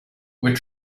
were